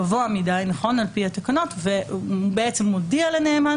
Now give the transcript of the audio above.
גבוה מדי על פי התקנות והוא מודיע לנאמן